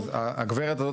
אז הגברת הזאת,